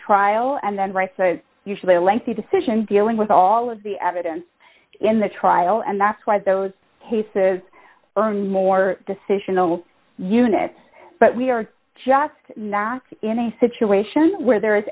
trial and then usually a lengthy decision dealing with all of the evidence in the trial and that's why those cases are more decisional unit but we are just not in a situation where there